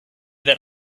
that